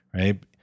right